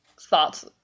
thoughts